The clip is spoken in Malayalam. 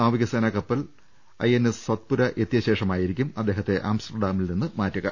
നാവികസേനാ കപ്പൽ ഐഎൻഎസ് സത്പുര എത്തിയ ശേഷമായിരിക്കും അദ്ദേഹത്തെ ആംസ്റ്റർഡാമിൽ നിന്ന് മാറ്റുക